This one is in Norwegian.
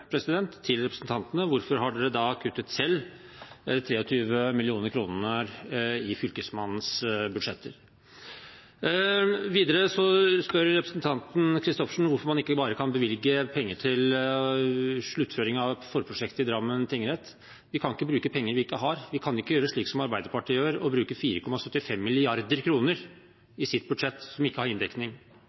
til representantene: Hvorfor har dere da selv kuttet 23 mill. kr i Fylkesmannens budsjetter? Videre spør representanten Christoffersen hvorfor man ikke bare kan bevilge penger til sluttføring av et forprosjekt i Drammen tingrett. Vi kan ikke bruke penger vi ikke har. Vi kan ikke gjøre slik som Arbeiderpartiet gjør i sitt budsjett, og bruke 4,75 mrd. kr som ikke har inndekning.